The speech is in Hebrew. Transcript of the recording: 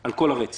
על כל הרצף